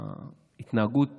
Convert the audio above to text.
ההתנהגות